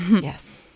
Yes